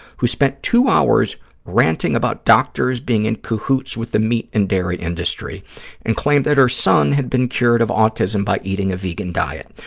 who spent two hours ranting about doctors being in cahoots with the meat and dairy industry and claimed that her son had been cured of autism by eating a vegan diet.